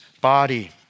body